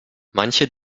manche